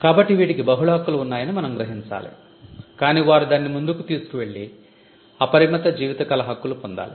కాబట్టి వీటికి బహుళ హక్కులు ఉన్నాయని మనం గ్రహించాలి కాని వారు దానిని ముందుకు తీసుకెళ్ళి అపరిమిత జీవితకాల హక్కులు పొందాలి